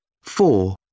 Four